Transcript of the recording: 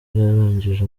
yarangije